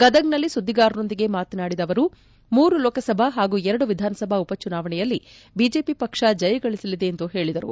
ಗದಗನಲ್ಲಿ ಸುದ್ಗಿಗಾರೊಂದಿಗೆ ಮಾತನಾಡಿದ ಅವರು ಮೂರು ಲೋಕ ಸಭಾ ಹಾಗೂ ಎರಡು ವಿಧಾನಸಭಾ ಉಪಚುನಾವಣೆಯಲ್ಲಿ ಬಿಜೆಪಿ ಪಕ್ಷ ಜಯಗಳಿಸಲಿದೆ ಎಂದು ಹೇಳಿದರು